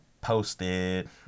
posted